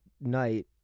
night